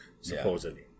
supposedly